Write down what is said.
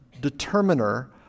determiner